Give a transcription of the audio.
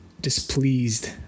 Displeased